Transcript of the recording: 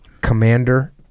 commander